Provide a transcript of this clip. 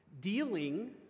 dealing